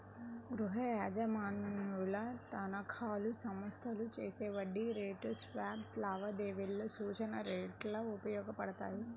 గృహయజమానుల తనఖాలు, సంస్థలు చేసే వడ్డీ రేటు స్వాప్ లావాదేవీలలో సూచన రేట్లు ఉపయోగపడతాయి